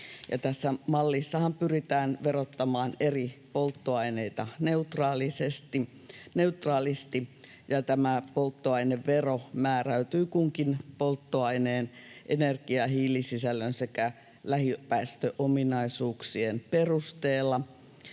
mallissahan pyritään verottamaan eri polttoaineita neutraalisti, ja tämä polttoainevero määräytyy kunkin polttoaineen energia- ja hiilisisällön sekä lähipäästöominaisuuksien perusteella.